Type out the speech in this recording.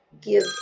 give